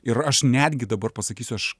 ir aš netgi dabar pasakysiu aš